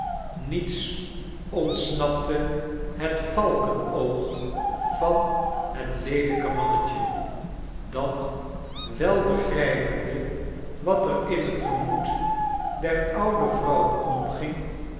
niets ontsnapte het valkenoog van het leelijke mannetje dat wel begrijpende wat er in het gemoed der oude vrouw omging